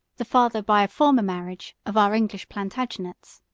the father, by a former marriage, of our english plantagenets.